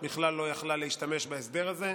בכלל לא הייתה יכולה להשתמש בהסדר הזה,